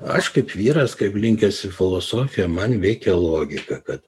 aš kaip vyras kaip linkęs į filosofiją man veikia logika kad